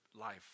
life